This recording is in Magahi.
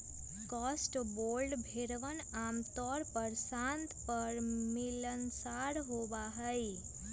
कॉटस्वोल्ड भेड़वन आमतौर पर शांत और मिलनसार होबा हई